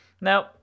Now